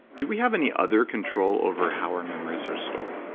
do we have any other control over how our memories are stored?